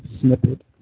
snippet